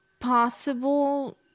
possible